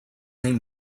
name